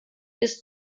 bis